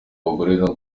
bagore